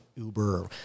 uber